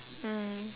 mm